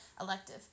elective